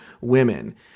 women